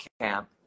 camp